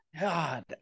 God